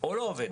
או לא עובד.